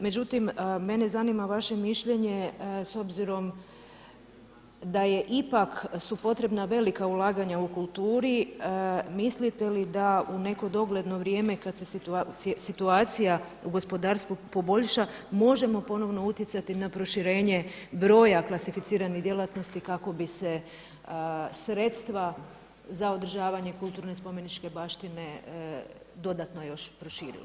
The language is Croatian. Međutim, mene zanima vaše mišljenje s obzirom da je ipak, su potrebna velika ulaganja u kulturi, mislite li da u neko dogledno vrijeme kada se situacija u gospodarstvu poboljša možemo ponovno utjecati na proširenje broja djelatnosti kako bi se sredstva za održavanje kulturne spomeničke baštine dodatno još proširila.